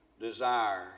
desires